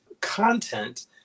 content